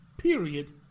Period